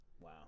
Wow